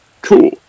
cool